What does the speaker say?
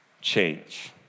change